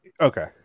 Okay